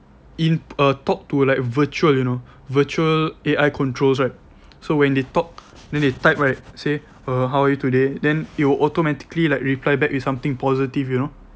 in a talk to like virtual you know virtual A_I controls right so when they talk then they type right say uh how are you today then it'll automatically like reply back with something positive you know